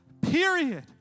Period